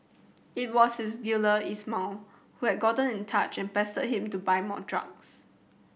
it was his dealer Ismail who had gotten in touch and pestered him to buy more drugs